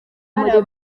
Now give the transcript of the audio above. muri